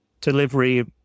delivery